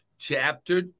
Chapter